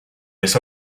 les